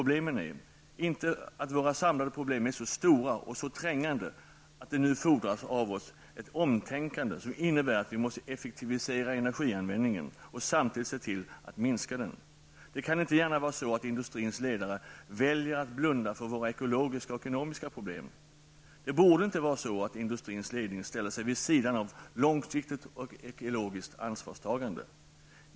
De har uppenbarligen inte förstått att våra samlade problem är så stora och så trängande att det nu av oss fordras ett omtänkande som innebär att vi måste effektivisera energianvändningen och samtidigt se till att minska den. Det kan inte gärna vara så att industrins ledare väljer att blunda för våra ekologiska och ekonomiska problem. Det borde inte vara så att industrins ledning ställer sig vid sidan av ett långsiktigt och ekologiskt ansvarstagande.